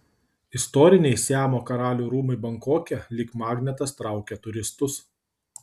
istoriniai siamo karalių rūmai bankoke lyg magnetas traukia turistus